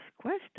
question